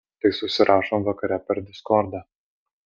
tai susirašom vakare per diskordą